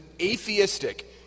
atheistic